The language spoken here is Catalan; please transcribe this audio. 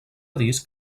disc